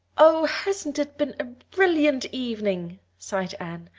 oh, hasn't it been a brilliant evening? sighed anne,